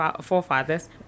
forefathers